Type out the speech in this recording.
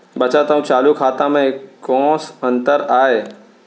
बचत अऊ चालू खाता में कोस अंतर आय?